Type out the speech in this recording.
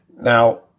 now